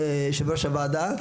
יושב-ראש הוועדה,